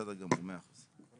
בסדר גמור, מאה אחוז.